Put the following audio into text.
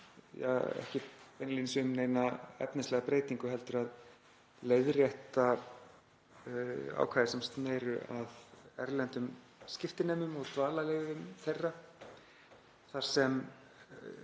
ekki beinlínis um neina efnislega breytingu heldur um að leiðrétta ákvæði sem sneru að erlendum skiptinemum og dvalarleyfum þeirra þar sem